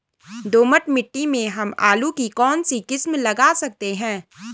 दोमट मिट्टी में हम आलू की कौन सी किस्म लगा सकते हैं?